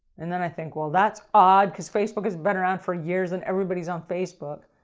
and then i think well that's odd, because facebook is been around for years and everybody's on facebook.